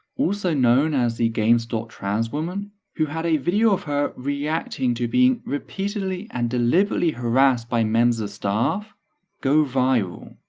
also known as the gamestop trans woman who had a video of her reacting to being repeatedly and deliberately harassed by members of staff go viral.